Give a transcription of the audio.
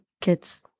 kids